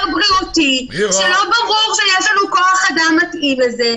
בריאותי זה לא ברור שיש לנו כוח אדם מתאים לזה.